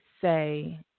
say